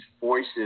voices